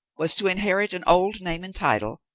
was to inherit an old name and title,